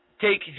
take